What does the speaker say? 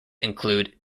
include